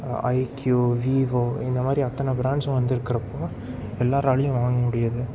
IQ Vivo இந்த மாதிரி அத்தனை ப்ராண்ட்ஸும் வந்திருக்குறப்போ எல்லாேராலையும் வாங்க முடியுது